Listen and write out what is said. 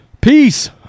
Peace